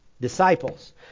disciples